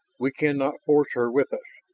we cannot force her with us.